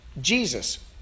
Jesus